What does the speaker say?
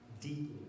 deeply